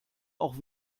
auch